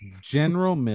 general